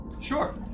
Sure